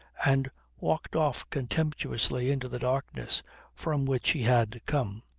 and walked off contemptuously into the darkness from which he had come.